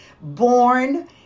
born